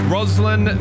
Roslyn